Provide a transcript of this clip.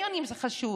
קניונים זה חשוב,